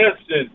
listen